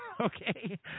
Okay